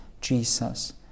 Jesus